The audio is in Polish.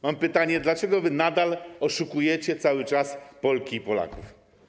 Mam pytanie: Dlaczego nadal oszukujecie cały czas Polki i Polaków?